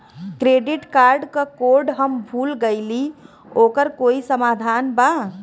Credit card क code हम भूल गइली ओकर कोई समाधान बा?